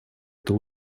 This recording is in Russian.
это